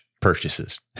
purchases